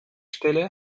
stelle